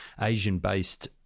Asian-based